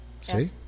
See